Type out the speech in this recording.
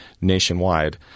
nationwide